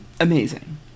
amazing